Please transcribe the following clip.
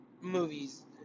movies